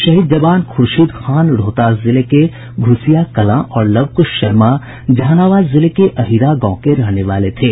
शहीद जवान खुर्शीद खान रोहतास जिले के घुसिया कलां और लवकुश शर्मा जहानाबाद जिले के अहिरा गांव के रहने वाले थे